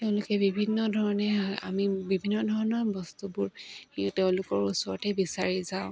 তেওঁলোকে বিভিন্ন ধৰণে আমি বিভিন্ন ধৰণৰ বস্তুবোৰ তেওঁলোকৰ ওচৰতে বিচাৰি যাওঁ